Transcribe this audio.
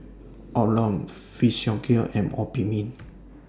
Omron Physiogel and Obimin